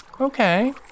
okay